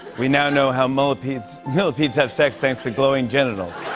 we now know how millipedes millipedes have sex thanks to glowing genitals.